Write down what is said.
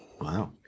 Wow